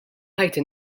ħajti